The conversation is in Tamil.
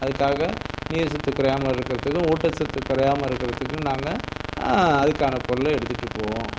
அதுக்காக நீர் சத்து குறையாம இருக்குறதுக்கும் ஊட்டச்சத்து குறையாம இருக்குறதுக்கும் நாங்கள் அதுக்கான பொருளை எடுத்துட்டு போவோம்